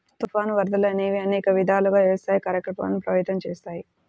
తుఫాను, వరదలు అనేవి అనేక విధాలుగా వ్యవసాయ కార్యకలాపాలను ప్రభావితం చేస్తాయి